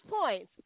points